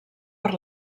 per